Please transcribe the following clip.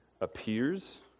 appears